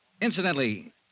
Incidentally